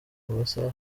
masaha